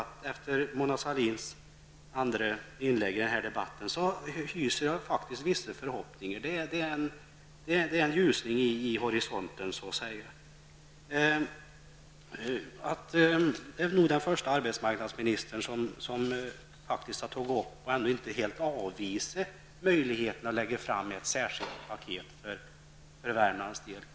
Men efter Mona Sahlins andra inlägg i den här debatten måste jag ändå säga att jag faktiskt hyser vissa förhoppningar. Det finns så att säga en ljusning vid horisonten. Det är nog den första arbetsmarknadsministern som har tagit upp men ändå inte helt avvisat möjligheterna att lägga fram ett särskilt paket för Värmlands del.